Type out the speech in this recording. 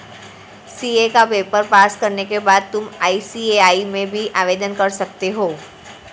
CA का paper pass करने के बाद तुम आई.सी.ए.आई में भी आवेदन कर सकते हो